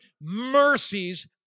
mercies